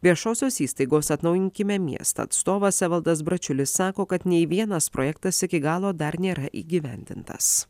viešosios įstaigos atnaujinkime miestą atstovas evaldas bračiulis sako kad nei vienas projektas iki galo dar nėra įgyvendintas